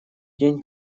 день